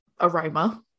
aroma